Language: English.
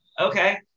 okay